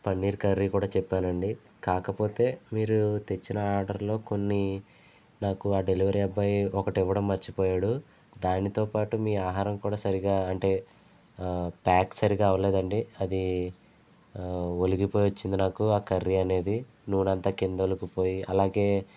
paneer curry కూడా చెప్పానండి కాకపోతే మీరు తెచ్చిన ఆర్డర్ లో కొన్ని నాకు ఆ డెలివరీ అబ్బాయి ఒకటి ఇవ్వడం మర్చిపోయాడు దానితోపాటు మీ ఆహారం కూడా సరిగా అంటే ప్యాక్ సరిగ్గా అవ్వలేదండి అదీ ఒలికిపోయి వచ్చింది నాకు ఆ కర్రీ అనేది నూనె అంతా కింద ఒలికిపోయి అలాగే